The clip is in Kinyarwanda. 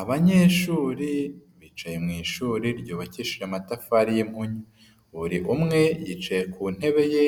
Abanyeshuri bicaye mu ishuri ryubakishije amatafari y'imyunyu, buri umwe yicaye ku ntebe ye,